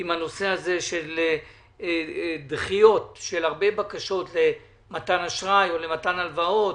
לגבי הנושא הזה של דחיות של הרבה בקשות למתן אשראי או למתן הלוואות